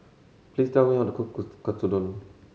please tell me how to cook Katsudon